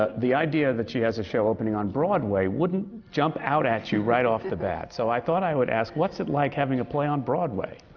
ah the idea that she has a show opening on broadway wouldn't jump out at you right off the bat. so i thought i would ask, what's it like having a play on broadway?